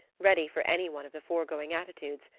ready for any one of the foregoing attitudes,